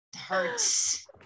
hurts